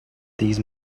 these